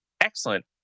excellent